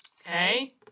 Okay